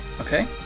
Okay